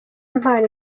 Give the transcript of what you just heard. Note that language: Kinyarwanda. impano